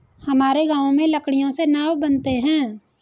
हमारे गांव में लकड़ियों से नाव बनते हैं